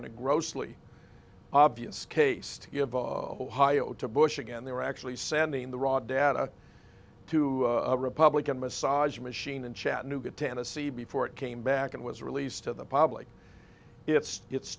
and a grossly obvious case to give of ohio to bush again they were actually sending the raw data to a republican massage machine in chattanooga tennessee before it came back and was released to the public it's it's